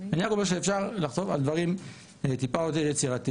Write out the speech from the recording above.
אני רק אומר שאפשר לחשוב על דברים טיפה יצירתיים,